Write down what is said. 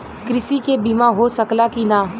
कृषि के बिमा हो सकला की ना?